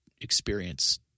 experience